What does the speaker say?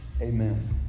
amen